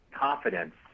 confidence